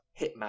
Hitman